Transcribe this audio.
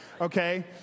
Okay